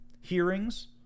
hearings